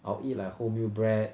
I will eat like wholemeal bread